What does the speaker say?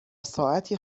ساعتی